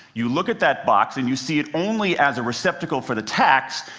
you look at that box and you see it only as a receptacle for the tacks,